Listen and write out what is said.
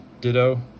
Ditto